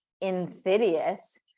insidious